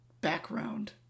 background